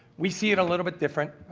we see it a little bit different.